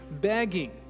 begging